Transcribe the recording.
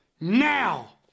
Now